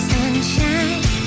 Sunshine